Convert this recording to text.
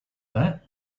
that